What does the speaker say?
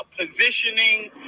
positioning